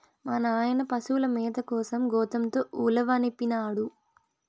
మా నాయన పశుల మేత కోసం గోతంతో ఉలవనిపినాడు